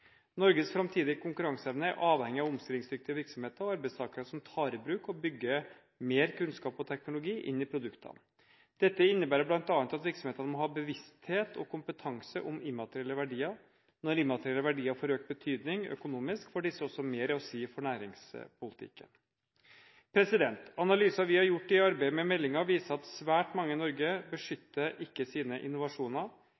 Norges framtidige konkurranseevne er avhengig av omstillingsdyktige virksomheter og arbeidstakere som tar i bruk og bygger mer kunnskap og teknologi inn i produktene. Dette innebærer bl.a. at virksomhetene må ha bevissthet og kompetanse om immaterielle verdier. Når immaterielle verdier får økt betydning økonomisk, får disse også mer å si for næringspolitikken. Analyser vi har gjort i arbeidet med meldingen, viser at svært mange i Norge